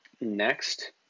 next